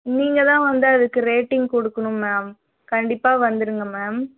நீங்கள் தான் வந்து அதுக்கு ரேட்டிங் கொடுக்கணும் மேம் கண்டிப்பாக வந்துருங்க மேம்